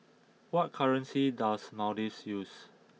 what currency does Maldives use